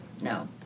no